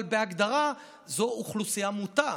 אבל בהגדרה זו אוכלוסייה מוטה,